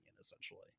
essentially